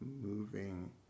moving